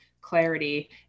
clarity